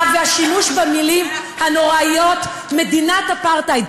והשימוש במילים הנוראיות "מדינת אפרטהייד"